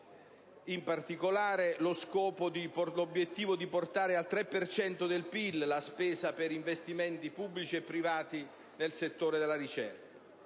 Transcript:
in particolare l'obiettivo di portare al 3 per cento del PIL la spesa per investimenti pubblici e privati nel settore della ricerca.